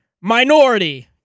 minority